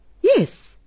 Yes